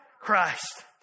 Christ